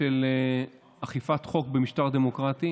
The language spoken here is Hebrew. של אכיפת חוק במשטר דמוקרטי